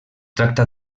tracta